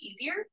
easier